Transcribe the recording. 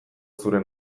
zure